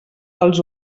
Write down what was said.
els